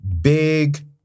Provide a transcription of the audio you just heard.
big